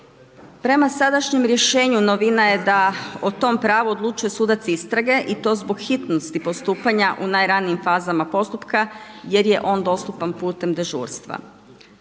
Prema sadašnjem rješenju novina je da o tom pravu odlučuje sudac istrage i to zbog hitnosti postupanja u najranijim fazama postupka jer je on dostupan putem dežurstva.